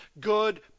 good